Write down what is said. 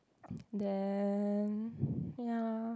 then ya